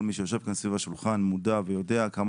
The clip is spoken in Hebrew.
כל מי שיושב כאן סביב השולחן מודע ויודע כמה